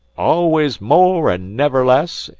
always more and never less,